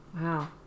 wow